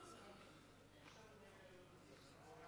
תודה רבה, גברתי